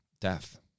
death